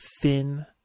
thin